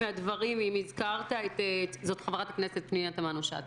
זאת חברת הכנסת פנינה תמנו שטה.